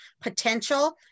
potential